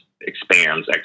expands